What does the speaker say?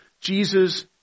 Jesus